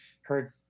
heard